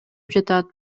жатат